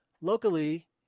Locally